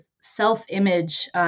self-image